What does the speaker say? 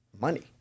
money